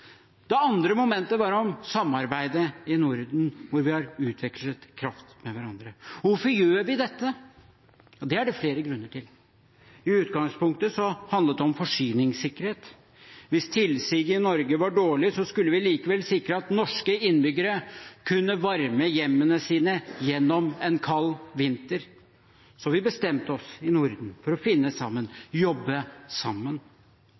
Det andre momentet var om samarbeidet i Norden, hvor vi har utvekslet kraft med hverandre. Hvorfor gjør vi dette? Det er det flere grunner til. I utgangspunktet handlet det om forsyningssikkerhet. Hvis tilsiget i Norge var dårlig, skulle vi likevel sikre at norske innbyggere kunne varme hjemmene sine gjennom en kald vinter. Så vi bestemte oss, i Norden, for å finne sammen, jobbe sammen.